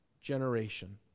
generation